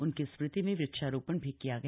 उनकी स्मृति में वृक्षारो ण भी किया गया